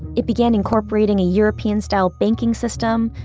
it began incorporating a european-style banking system,